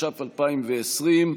התש"ף 2020,